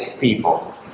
people